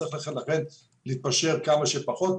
צריך באמת להתפשר כמה שפחות,